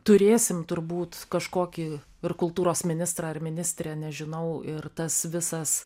turėsim turbūt kažkokį ir kultūros ministrą ar ministrę nežinau ir tas visas